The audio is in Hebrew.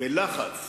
בדיוק למי הכוונה.